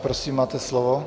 Prosím, máte slovo.